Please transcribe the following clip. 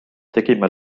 tegime